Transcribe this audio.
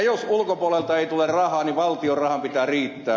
jos ulkopuolelta ei tule rahaa niin valtion rahan pitää riittää